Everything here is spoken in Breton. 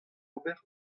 ober